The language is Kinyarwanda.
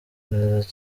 neza